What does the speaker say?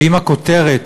ואם הכותרת